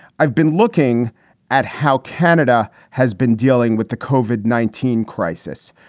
i've been looking at how canada has been dealing with the covered nineteen crisis,